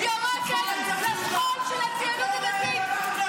יורקת על השכול של הציונות הדתית.